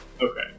Okay